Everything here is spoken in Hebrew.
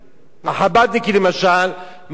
החב"דניקים, למשל, מאהל